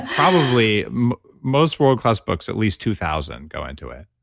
probably most world-class books at least two thousand go into it.